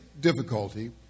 difficulty